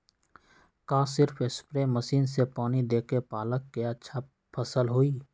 का सिर्फ spray machine से पानी देके पालक के अच्छा फसल होई?